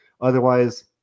otherwise